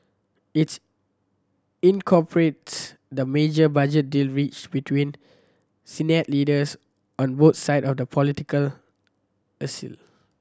its incorporates the major budget deal reached between leaders on both side of the political